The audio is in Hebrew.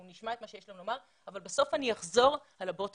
נשמע את מה שיש להם לומר אבל בסוף אני אחזור על השורה התחתונה.